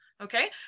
okay